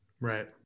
Right